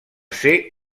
ser